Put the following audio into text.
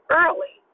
early